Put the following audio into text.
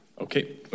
Okay